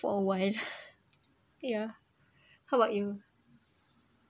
for a while ya how about you